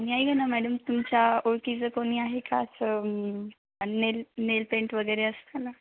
आणि काय आहे ना मॅडम तुमच्या ओळखीचं कोणी आहे का असं नेल नेल पेंट वगैरे असतं ना